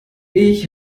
ich